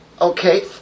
Okay